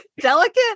delicate